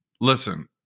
Listen